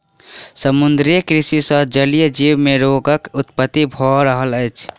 समुद्रीय कृषि सॅ जलीय जीव मे रोगक उत्पत्ति भ रहल अछि